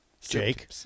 Jake